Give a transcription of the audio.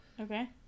Okay